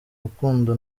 rukundo